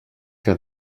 que